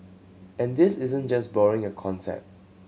and this isn't just borrowing a concept